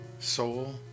Soul